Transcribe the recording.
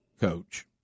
coach